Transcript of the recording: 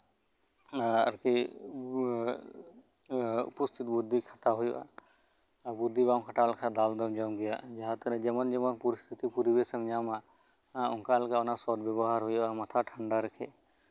ᱟᱨ ᱠᱤ ᱩᱯᱥᱛᱷᱤᱛ ᱵᱩᱫᱽᱫᱷᱤ ᱠᱷᱟᱴᱟᱣ ᱦᱩᱭᱩᱜᱼᱟ ᱟᱨ ᱵᱩᱨᱫᱷᱤ ᱵᱟᱢ ᱠᱷᱟᱴᱟᱣ ᱞᱮᱠᱷᱟᱡ ᱫᱟᱞ ᱫᱚᱢ ᱡᱚᱢ ᱜᱮᱭᱟ ᱡᱮᱢᱚᱱ ᱞᱮᱠᱟ ᱯᱚᱨᱤᱥᱛᱷᱤᱛᱤᱢ ᱧᱟᱢᱟ ᱚᱱᱠᱟ ᱞᱮᱠᱟ ᱥᱚᱛ ᱵᱮᱵᱚᱦᱟᱨᱟ ᱢᱟᱛᱷᱟ ᱴᱷᱟᱱᱰᱟ ᱨᱮᱠᱷᱮ